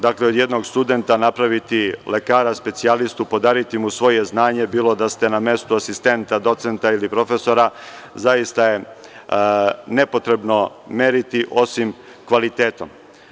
Dakle, od jednog studenta napraviti lekara specijalistu, podariti mu svoje znanje, bilo da ste na mesto asistenta, docenta ili profesora, zaista je nepotrebno meriti, osim kvalitetom.